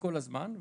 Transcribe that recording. כל הזמן,